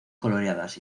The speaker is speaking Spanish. coloreadas